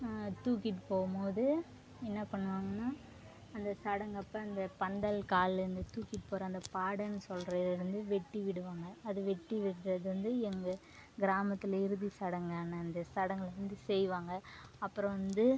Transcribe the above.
தூக்கிட்டு போகும் மோது என்ன பண்ணுவாங்கன்னா அந்த சடங்கப்போ அந்த பந்தல் கால் அந்த தூக்கிட்டு போற அந்த பாடைன்னு சொல்கிற இதை வந்து வெட்டி விடுவாங்க அது வெட்டி விடுறது வந்து எங்கள் கிராமத்தில் இறுதி சடங்கான அந்த சடங்கில் வந்து செய்வாங்க அப்புறம் வந்து